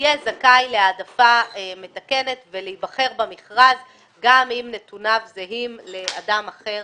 יהיה זכאי להעדפה מתקנת ולהיבחר במכרז גם אם נתוניו זהים לשל אדם אחר